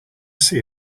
see